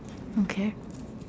okay